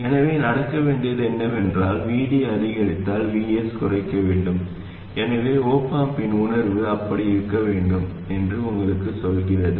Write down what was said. எனவே நடக்க வேண்டியது என்னவென்றால் Vd அதிகரித்தால் Vs குறைக்க வேண்டும் எனவே op amp இன் உணர்வு அப்படி இருக்க வேண்டும் என்று உங்களுக்குச் சொல்கிறது